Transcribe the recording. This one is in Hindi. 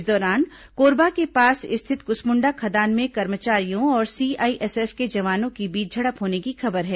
इस दौरान कोरबा के पास स्थित कुसमुंडा खदान में कर्मचारियों और सीआईएसएफ के जवानों के बीच झड़प होने की खबर है